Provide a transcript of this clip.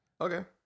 Okay